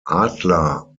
adler